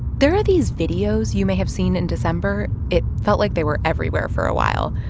there are these videos you may have seen in december. it felt like they were everywhere for a while.